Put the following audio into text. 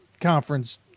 conference